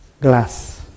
glass